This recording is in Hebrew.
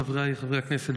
חבריי חברי הכנסת,